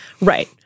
right